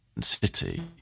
City